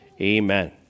Amen